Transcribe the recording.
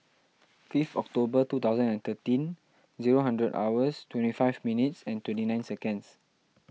fifth October two thousand and thirteen zero hundred hours twenty five minutes and twenty nine seconds